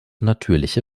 natürliche